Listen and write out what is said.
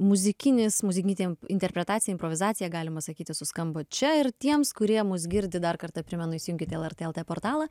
muzikinis muzikinė interpretacija improvizacija galima sakyti suskambo čia ir tiems kurie mus girdi dar kartą primenu įsijunkit lrt lt portalą